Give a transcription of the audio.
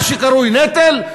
מה שקרוי נטל,